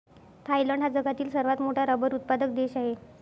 Thailand हा जगातील सर्वात मोठा रबर उत्पादक देश आहे